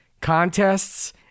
contests